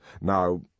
Now